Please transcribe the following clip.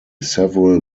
several